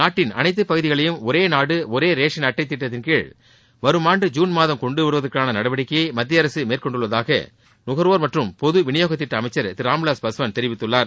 நாட்டின் அனைத்துப் பகுதிகளையும் ஒரே நாடு ஒரே ரேஷன் அட்டை திட்டத்தின் கீழ் வருமாண்டு ஐூன் மாதம் கொண்டு வருவதற்கான நடவடிக்கையை மத்திய அரசு மேற்கொண்டுள்ளதாக நுகர்வோர் மற்றும் பொது விநியோக திட்ட அமைச்சர் திரு ராம் விலாஸ் பாஸ்வான் தெரிவித்துள்ளார்